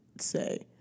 say